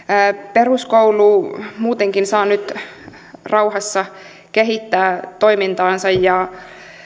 peruskoulu muutenkin saa nyt rauhassa kehittää toimintaansa ja